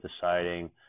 deciding